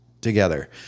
together